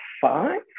five